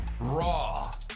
raw